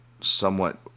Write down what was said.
somewhat